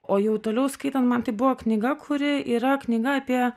o jau toliau skaitant man tai buvo knyga kuri yra knyga apie